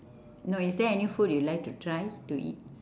no is there any food you like to try to eat